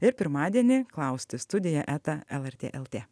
ir pirmadienį klausti studija eta lrt lt